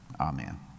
Amen